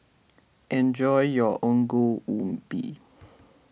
enjoy your Ongol Ubi